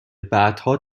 بعدها